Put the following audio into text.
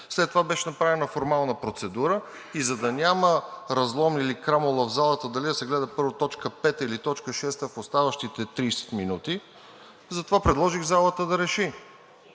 след това беше направена формална процедура. И за да няма разлом и крамола в залата дали да се гледа първо т. 5, или т. 6 в оставащите 30 минути, затова предложих залата да реши.